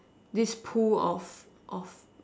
this pool of of